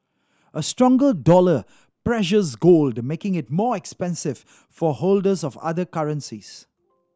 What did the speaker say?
a stronger dollar pressures gold making it more expensive for holders of other currencies